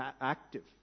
active